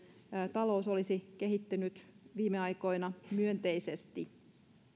talous olisi kehittynyt viime aikoina myönteisesti